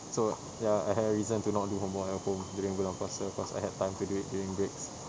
so ya I had a reason to not do homework at home during bulan puasa cause I had time to do it during breaks